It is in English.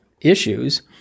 issues